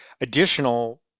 additional